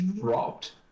dropped